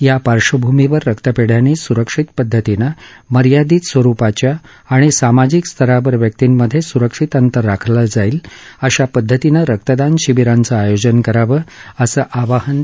या पार्श्वभूमीवर रक्तपेढ्यांनी स्रक्षित पद्धतीनं मर्यादेत स्वरुपाच्या आणि सामाजिक स्तरावर व्यक्तींमध्ये स्रक्षित अंतर राखलं जाईल अशा पद्धतीनं रक्तदान शिबीरांचं आयोजन करावं असं आवाहन त्यांनी केलं